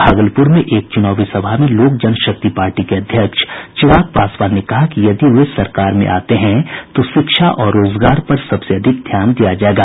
भागलपुर में एक चुनावी सभा में लोक जनशक्ति पार्टी के अध्यक्ष चिराग पासवान ने कहा कि यदि वे सरकार में आते हैं तो शिक्षा और रोजगार पर सबसे अधिक ध्यान दिया जायेगा